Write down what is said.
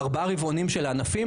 בארבעת הרבעונים של הענפים,